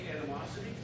animosity